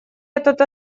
этот